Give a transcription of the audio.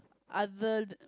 other t~